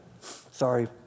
Sorry